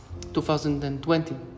2020